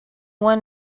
one